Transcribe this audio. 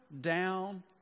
down